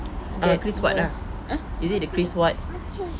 ah chris watts ah is it the chris watts